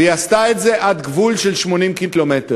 והיא עשתה את זה עד גבול של 80 קילומטר.